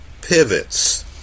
pivots